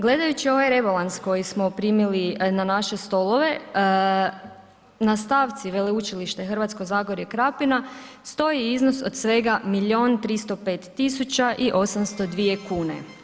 Gledajući ovaj rebalans koji smo primili na naše stolove, na stavci Veleučilište Hrvatsko zagorje i Krapina, stoji iznos od svega milijun i 305 802 kune.